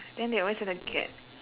then they always had a gap